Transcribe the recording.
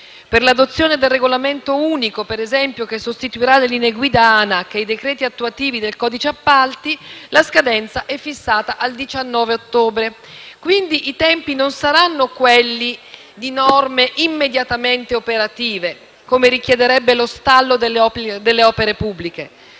Per l'adozione del Regolamento unico, per esempio, che sostituirà le linee-guida ANAC e i decreti attuativi del codice degli appalti, la scadenza è fissata al 19 ottobre. I tempi, quindi, non saranno quelli di norme immediatamente operative, come richiederebbe lo stallo delle opere pubbliche.